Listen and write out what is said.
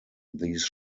these